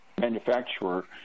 manufacturer